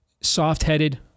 soft-headed